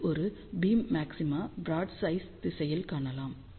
இது beam maxima broad side திசையில் காணலாம்